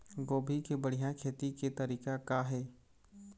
गोभी के बढ़िया खेती के तरीका का हे?